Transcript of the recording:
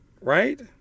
Right